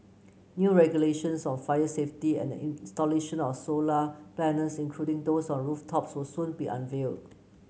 new regulations on fire safety and the installation of solar panels including those on rooftops will soon be unveil